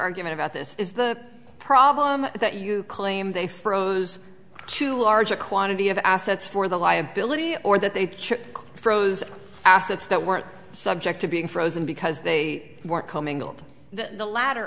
argument about this is the problem that you claim they froze to a larger quantity of assets for the liability or that they've frozen assets that weren't subject to being frozen because they were commingled the la